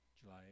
July